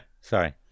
Sorry